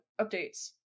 updates